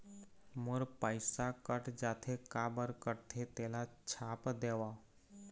मोर पैसा कट जाथे काबर कटथे तेला छाप देव?